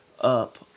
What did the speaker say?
up